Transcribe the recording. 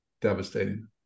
devastating